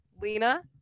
Lena